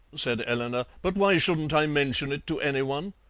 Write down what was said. said eleanor, but why shouldn't i mention it to anyone?